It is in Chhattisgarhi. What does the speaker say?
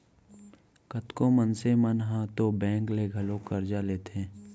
कतको मनसे मन ह तो बेंक ले घलौ करजा लेथें